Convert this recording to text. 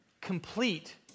complete